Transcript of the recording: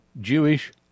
Jewish